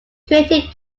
created